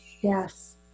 Yes